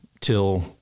till